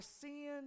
seeing